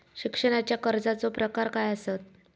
शिक्षणाच्या कर्जाचो प्रकार काय आसत?